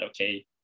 okay